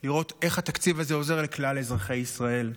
לראות איך התקציב הזה עוזר לכלל אזרחי ישראל.